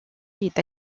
est